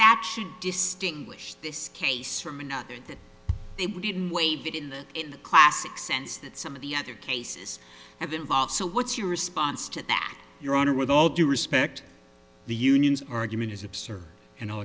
that should distinguish this case from another that they didn't wave it in the in the classic sense that some of the other cases have involved so what's your response to that your honor with all due respect the union's argument is absurd